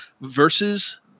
versus